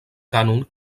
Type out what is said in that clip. cànon